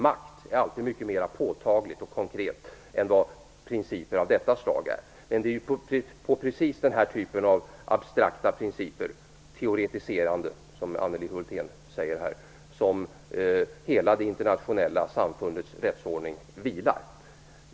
Makt är alltid mycket mer påtagligt och konkret än vad principer av detta slag är. Det är på precis den typ av abstrakta principer och teoretiserande som Anneli Hulthén talar om som hela det internationella samfundets rättsordning vilar.